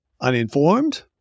uninformed